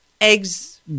eggs